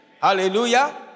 hallelujah